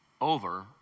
over